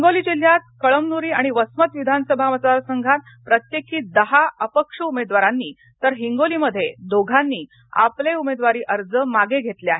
हिंगोली जिल्ह्यात कळमनुरी आणि वसमत विधानसभा मतदारसंघात प्रत्येकी दहा अपक्ष उमेदवारांनी तर हिंगोलीमध्ये दोघांनी आपले उमेदवारी अर्ज मागे घेतले आहेत